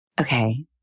Okay